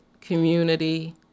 community-